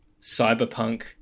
Cyberpunk